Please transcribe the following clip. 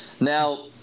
now